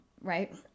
right